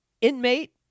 Inmate